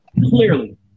Clearly